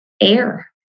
air